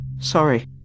Sorry